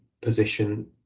position